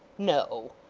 no!